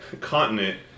continent